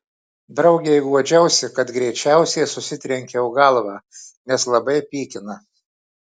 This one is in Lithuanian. draugei guodžiausi kad greičiausiai susitrenkiau galvą nes labai pykina